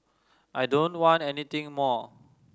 I don't want anything more